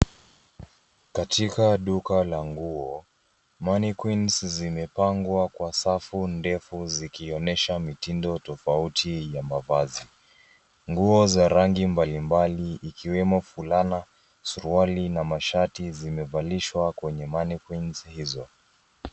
Katika duka la nguo, mannequins zimepangwa kwa safu ndefu zikionyesha mitindo tofauti ya mavazi. Nguo za rangi mbalimbali ikiwemo fulana, suruali na mashati zimevalishwa kwenye mannequins hizo.